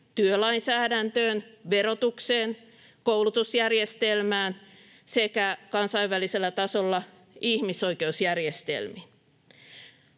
työlainsäädäntöön, verotukseen, koulutusjärjestelmään sekä kansainvälisellä tasolla ihmisoikeusjärjestelmiin.